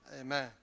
Amen